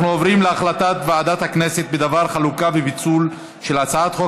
אנחנו עוברים להצעת ועדת הכנסת בדבר חלוקה ופיצול של הצעת חוק